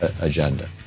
agenda